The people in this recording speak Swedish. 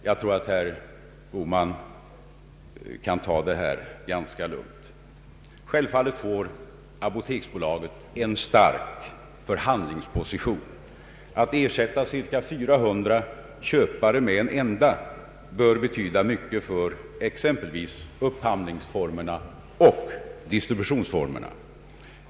Jag tror att herr Bohman kan ta detta ganska lugnt. Självfallet får apoteksbolaget en stark förhandlingsposition. Att ersätta cirka 400 köpare med en enda måste betyda mycket för exempelvis upphandlingsformerna och distributionsformerna.